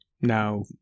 Now